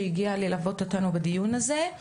שהגיעה ללוות אותנו בדיון הזה.